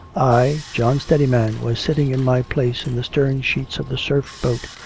i, john steadiman, was sitting in my place in the stern-sheets of the surf-boat,